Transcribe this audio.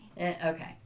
Okay